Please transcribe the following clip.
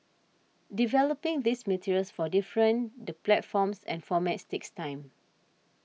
developing these materials for different the platforms and formats takes time